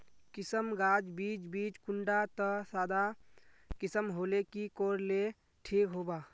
किसम गाज बीज बीज कुंडा त सादा किसम होले की कोर ले ठीक होबा?